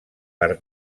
per